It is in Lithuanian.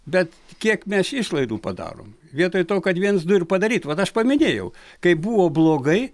bet kiek mes išlaidų padarom vietoj to kad viens du ir padaryt vat aš paminėjau kaip buvo blogai